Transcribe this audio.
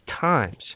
times